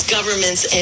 governments